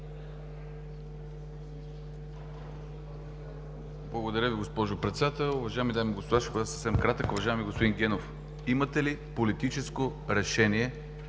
Благодаря Ви, госпожо Председател. Уважаеми дами и господа, ще бъда съвсем кратък. Уважаеми господин Генов, имате ли политическо решение